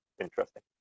interesting